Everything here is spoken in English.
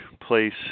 place